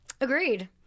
agreed